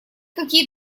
какие